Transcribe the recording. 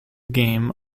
game